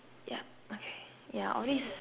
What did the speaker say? yup okay yeah all these